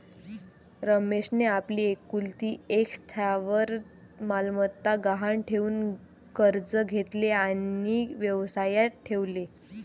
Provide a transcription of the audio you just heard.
रमेशने आपली एकुलती एक स्थावर मालमत्ता गहाण ठेवून कर्ज घेतले आणि व्यवसायात ठेवले